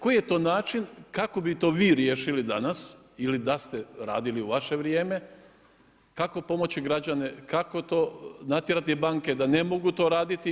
Koji je to način kako bi vi to riješili danas ili da ste radili u vaše vrijeme, kako pomoći građane, kako natjerati banke da ne mogu to raditi?